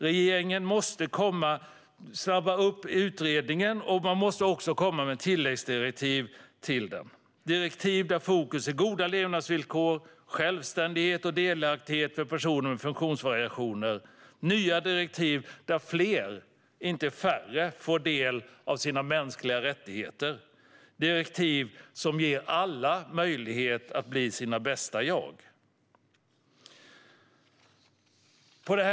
Regeringen måste snabba på utredningen och också komma med tilläggsdirektiv till den. Det ska vara direktiv där fokus är på goda levnadsvillkor, självständighet och delaktighet för personer med funktionsvariationer. Det ska vara nya direktiv där fler, inte färre, får del av sina mänskliga rättigheter. Det ska vara direktiv som ger alla möjlighet att bli sina bästa jag. Herr talman!